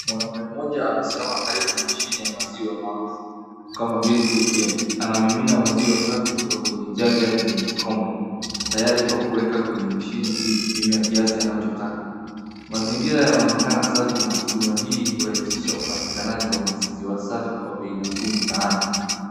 Mwanaume mmoja amesimama karibu na mashine ya maziwa maaruf kama milk atm . Anamimina maziwa kutoka jagi adi kwenye kikombe tayari kwa kuweka kwa mashini ili kupima kiasi anachotaka. Mazingira yanaonekana safi na huduma hii hurahisisha upatikanaji wa maziwa safi kwa bei nafuu mtaani.